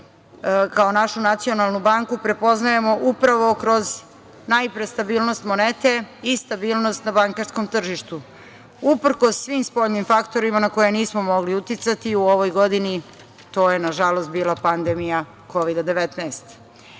kao našu nacionalnu banku prepoznajemo upravo kroz najpre stabilnost monete i stabilnost na bankarskom tržištu, uprkos svim spoljnim faktorima na koje nismo mogli uticati u ovoj godini, pandemija Kovida